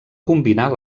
combinar